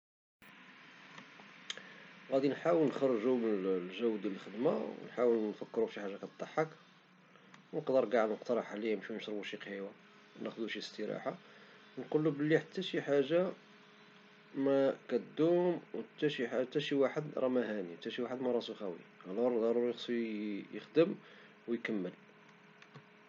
غادي نحاول نخرجو من الجو ديال الخدمة نحاول نفكرو فشي حاجة كضحك او نقدر كاع نقتارح عليه نمشيو نشربو شي قهيوة ناخدو شي استراحة نقولو حتى شي حاجة مكدوم او تا شي واحد مهاني تا شي واحد مراسو هاني ضروري خصو يخدم ويكمل